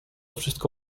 wszystko